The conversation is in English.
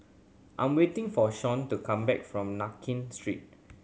I'm waiting for Shon to come back from Nankin Street